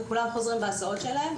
וכולם חוזרים בהסעות שלהם,